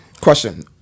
Question